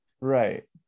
right